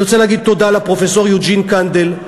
אני רוצה להגיד תודה לפרופסור יוג'ין קנדל.